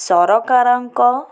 ସରକାରଙ୍କ